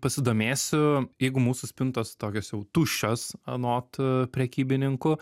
pasidomėsiu jeigu mūsų spintos tokios jau tuščios anot a prekybininkų